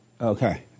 Okay